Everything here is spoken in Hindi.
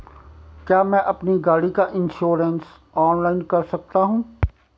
क्या मैं अपनी गाड़ी का इन्श्योरेंस ऑनलाइन कर सकता हूँ?